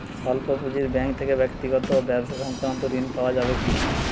স্বল্প পুঁজির ব্যাঙ্ক থেকে ব্যক্তিগত ও ব্যবসা সংক্রান্ত ঋণ পাওয়া যাবে কিনা?